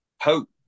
hope